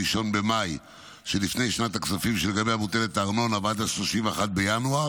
במאי שלפני שנת הכספים שלגביה מוטלת הארנונה ועד 31 בינואר